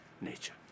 nature